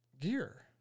gear